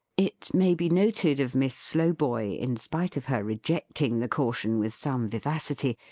it may be noted of miss slowboy, in spite of her rejecting the caution with some vivacity,